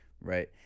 Right